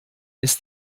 ist